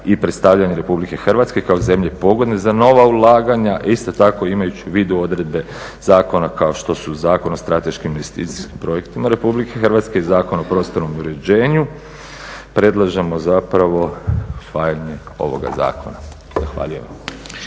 i predstavljanje Republike Hrvatske kao zemlje pogodne za nova ulaganja, isto tako imajući u vidu odredbe zakona kao što su Zakon o strateškim investicijskim projektima Republike Hrvatske i Zakona o prostornom uređenju predlažemo zapravo usvajanje ovoga Zakona. Zahvaljujem.